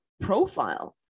profile